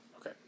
Okay